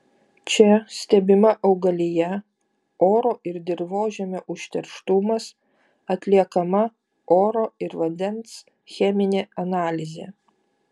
čia stebima augalija oro ir dirvožemio užterštumas atliekama oro ir vandens cheminė analizė